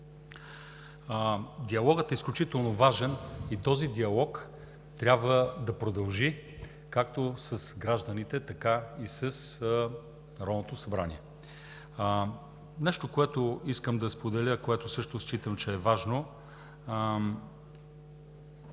Диалогът е изключително важен и този диалог трябва да продължи както с гражданите, така и с Народното събрание. Нещо, което също считам, че е важно.